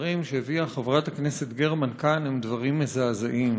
הדברים שהביאה חברת הכנסת גרמן כאן הם דברים מזעזעים.